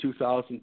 2000